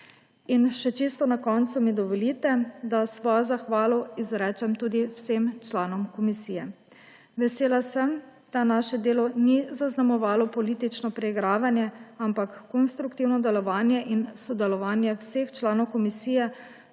še čisto na koncu mi dovolite, da svojo zahvalo izrečem tudi vsem članom komisije. Vesela sem, da naše delo ni zaznamovalo politično preigravanje, ampak konstruktivno delovanje in sodelovanje vseh članov komisije